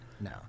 No